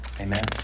Amen